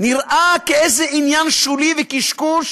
נראה כאיזה עניין שולי וקשקוש,